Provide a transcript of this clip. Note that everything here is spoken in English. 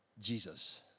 Jesus